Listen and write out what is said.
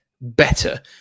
better